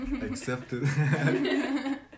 Accepted